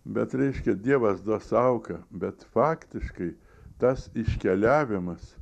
bet reiškia dievas duos auką bet faktiškai tas iškeliavimas